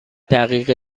دقیقه